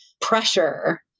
pressure